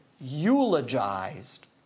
eulogized